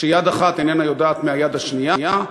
כשיד אחת איננה יודעת מהיד השנייה,